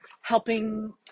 helping